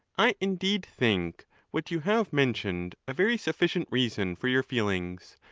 i indeed think what you have mentioned a very sufficient reason for your feelings,